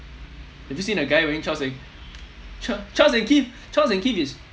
have you seen a guy wearing charles and ch~ charles and keith charles and keith is